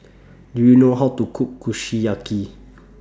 Do YOU know How to Cook Kushiyaki